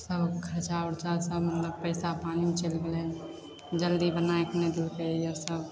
सब खरचा उरचा सब मतलब पइसा पानीमे चलि गेलै जल्दी बनाके नहि देलकै ईहोसब